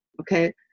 okay